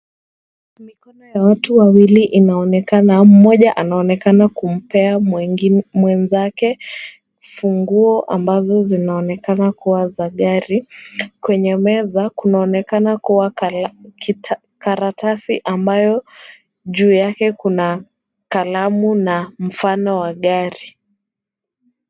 Mikono ya wawili inaonekana. Mmoja anaonekana kumpea mwenzake funguo ambazo zinaonekana kuwa za gari. Kwenye meza, kunaonekana kuwa karatasi ambayo juu yake kuna kalamu na mfano wa gari.